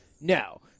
no